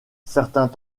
certains